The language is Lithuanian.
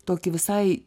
tokį visai